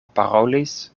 parolis